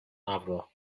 avro